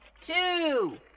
two